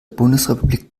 bundesrepublik